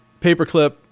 Paperclip